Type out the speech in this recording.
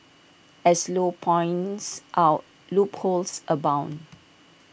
as low points out loopholes abound